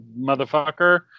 motherfucker